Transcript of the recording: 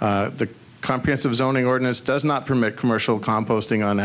the comprehensive zoning ordinance does not permit commercial composting on